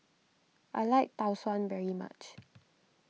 I like Tau Suan very much